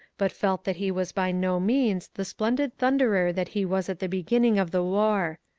but felt that he was by no means the splendid thunderer that he was at the beginning of the war.